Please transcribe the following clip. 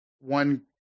one